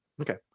okay